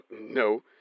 no